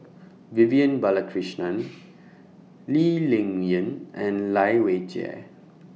Vivian Balakrishnan Lee Ling Yen and Lai Weijie